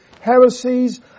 heresies